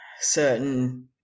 certain